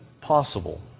possible